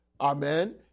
Amen